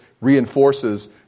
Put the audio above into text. reinforces